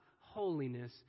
holiness